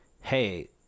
hey